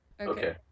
Okay